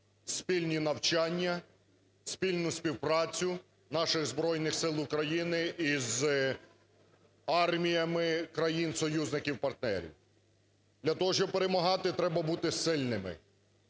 спільні навчання, спільну співпрацю наших Збройних Сил України із арміями країн-союзників партнерів. Для того, щоб перемагати, треба бути сильними.